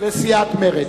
וסיעת מרצ.